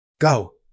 Go